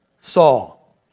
Saul